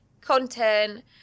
content